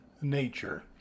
nature